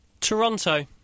Toronto